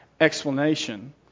explanation